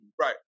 right